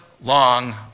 long